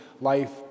life